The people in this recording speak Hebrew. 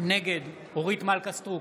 נגד אורית מלכה סטרוק,